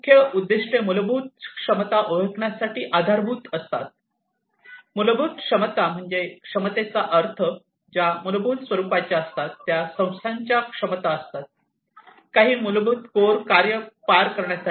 मुख्य उद्दीष्टे मूलभूत क्षमता ओळखण्यासाठी आधारभूत असतात मूलभूत क्षमता म्हणजे क्षमतेचा अर्थ ज्या मूलभूत स्वरूपाच्या असतात त्या संस्थेच्या क्षमता असतात काही मूलभूत कोर कार्ये पार पाडण्यासाठी